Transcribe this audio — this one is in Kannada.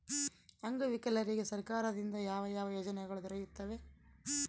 ಅಂಗವಿಕಲರಿಗೆ ಸರ್ಕಾರದಿಂದ ಯಾವ ಯಾವ ಯೋಜನೆಗಳು ದೊರೆಯುತ್ತವೆ?